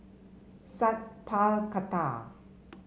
Sat Pal Khattar